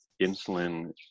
insulin